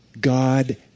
God